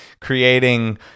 creating